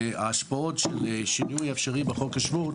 וההשפעות של שינוי אפשרי בחוק השבות